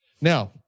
Now